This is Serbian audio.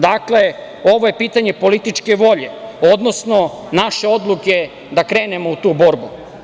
Dakle, ovo je pitanje političke volje, odnosno naše odluke da krenemo u tu borbu.